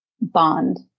bond